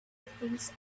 things